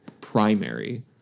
primary